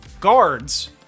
guards